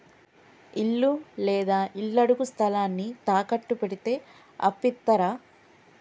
ఇల్లు లేదా ఇళ్లడుగు స్థలాన్ని తాకట్టు పెడితే అప్పు ఇత్తరా?